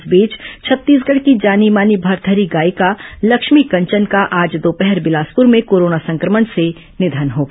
इस बीच छत्तीसगढ़ की जानी मानी भरथरी गायिका लक्ष्मी कंचन का आज दोपहर बिलासपुर में कोरोना संक्रमण से निधन हो गया